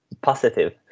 positive